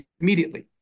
immediately